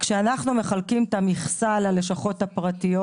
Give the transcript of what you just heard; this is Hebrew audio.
כשאנחנו מחלקים את המכסה ללשכות הפרטיות